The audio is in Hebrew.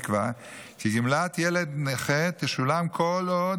נקבע כי גמלת ילד נכה תשולם כל עוד